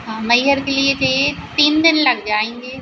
हाँ मैहर के लिए चाहिए तीन दिन लग जाएँगे